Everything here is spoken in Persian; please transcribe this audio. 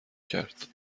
کرد